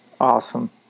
awesome